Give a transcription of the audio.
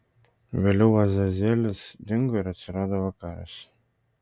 vėliau azazelis dingo ir atsirado vakaris